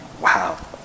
Wow